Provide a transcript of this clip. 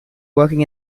working